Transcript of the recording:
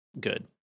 good